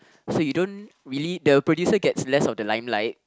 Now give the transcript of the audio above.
so you don't really the producer gets less of the limelight